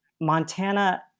Montana